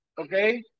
okay